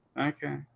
Okay